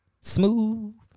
Smooth